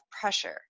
pressure